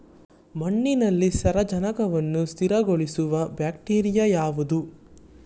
ಮಣ್ಣಿನಲ್ಲಿ ಸಾರಜನಕವನ್ನು ಸ್ಥಿರಗೊಳಿಸುವ ಬ್ಯಾಕ್ಟೀರಿಯಾ ಯಾವುದು?